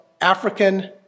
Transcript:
African